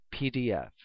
PDF